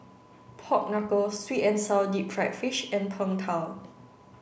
Pork Knuckle sweet and sour deep fried fish and Png Tao